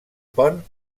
pont